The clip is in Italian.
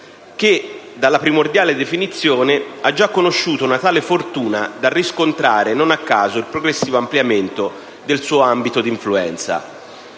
dalla primordiale definizione, ha già conosciuto una tale fortuna da riscontrare, non a caso, il progressivo ampliamento del suo ambito di influenza.